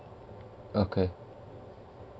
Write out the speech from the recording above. okay